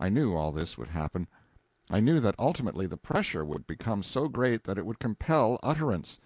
i knew all this would happen i knew that ultimately the pressure would become so great that it would compel utterance